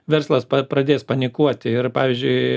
verslas pradės panikuoti ir pavyzdžiui